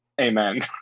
amen